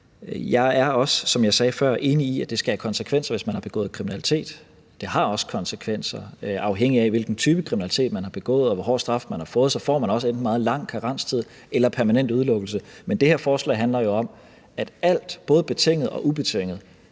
sagde før, enig i, at det skal have konsekvenser, hvis man har begået kriminalitet. Det har også konsekvenser, og afhængigt af hvilken type kriminalitet man har begået, og hvor hård straf man har fået, så får man også en meget lang karenstid eller permanent udelukkelse. Men det her forslag handler jo om, at al fængselsstraf, både betinget og ubetinget,